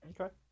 Okay